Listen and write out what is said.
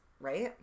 right